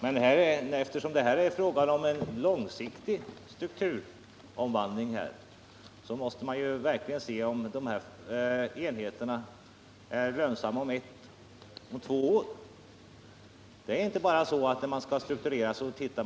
Men eftersom det här är fråga om en långsiktig strukturomvandling, måste man verkligen se om dessa enheter är lönsamma om ett och två år. Det är inte bara så att man tittar i delboksluten när